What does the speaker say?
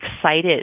excited